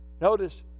notice